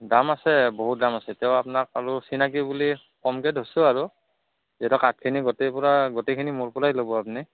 দাম আছে বহুত দাম আছে তেওঁ আপোনাক আৰু চিনাকি বুলি কমকে ধৰছোঁ আৰু যিহেতু কঠখিনি গোটেই পৰা গোটেইখিনি মোৰ পলাই ল'ব আপুনি